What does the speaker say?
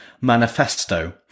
manifesto